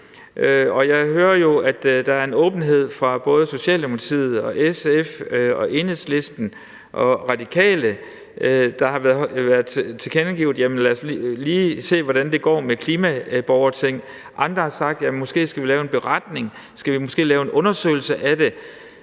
jeg hører jo, at der er en åbenhed fra både Socialdemokratiet, SF, Enhedslisten og Radikale, der har tilkendegivet, at lad os lige se, hvordan det går med et klimaborgerting, og andre har sagt, og at vi måske skal lave en beretning, og skal vi